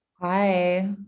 Hi